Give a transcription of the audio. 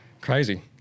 crazy